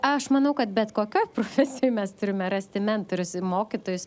aš manau kad bet kokioj profesijoj mes turime rasti mentorius mokytojus